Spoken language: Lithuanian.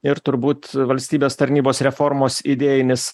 ir turbūt valstybės tarnybos reformos idėjinis